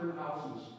houses